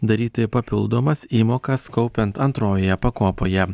daryti papildomas įmokas kaupiant antrojoje pakopoje